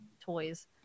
toys